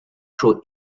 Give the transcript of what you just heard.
show